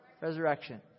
resurrection